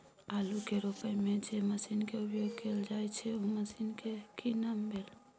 आलू के रोपय में जे मसीन के उपयोग कैल जाय छै उ मसीन के की नाम भेल?